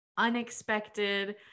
unexpected